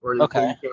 Okay